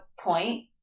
point